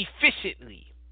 efficiently